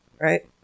right